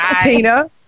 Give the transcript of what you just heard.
Tina